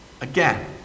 again